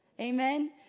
amen